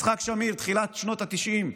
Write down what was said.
יצחק שמיר, בתחילת שנות התשעים.